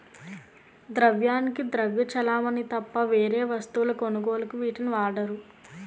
ద్రవ్యానికి ద్రవ్య చలామణి తప్ప వేరే వస్తువుల కొనుగోలుకు వీటిని వాడరు